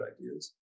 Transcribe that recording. ideas